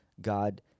God